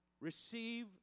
Receive